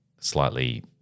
slightly